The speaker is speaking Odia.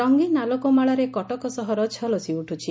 ରଙ୍ଗିନ୍ ଆଲୋକମାଳାରେ କଟକ ସହର ଝଲସି ଉଠୁଛି